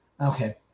okay